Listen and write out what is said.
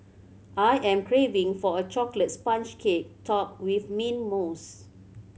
I am craving for a chocolate sponge cake topped with mint mousse